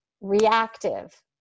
reactive